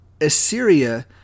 Assyria